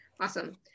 Awesome